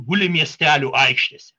guli miestelių aikštėse